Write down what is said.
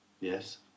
Yes